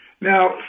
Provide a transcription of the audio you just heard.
Now